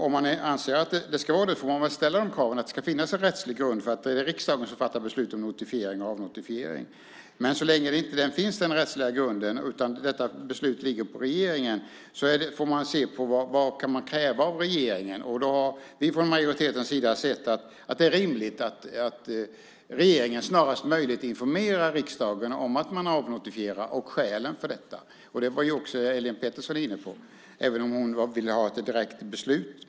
Om man anser att det ska vara så får man väl ställa kravet att det ska finnas en rättslig grund och att det är riksdagen som fattar beslut om notifiering och avnotifiering. Men så länge denna rättsliga grund inte finns utan beslutet ligger på regeringen får man se på vad man kan kräva av regeringen. Från majoritetens sida tycker vi att det är rimligt att regeringen snarast möjligt informerar riksdagen om att man avnotifierar och om vad som är skälen till det. Detta var ju också Helene Petersson inne på, även om hon ville ha ett direkt riksdagsbeslut.